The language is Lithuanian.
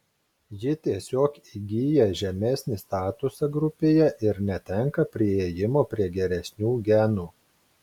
ji tiesiog įgyja žemesnį statusą grupėje ir netenka priėjimo prie geresnių genų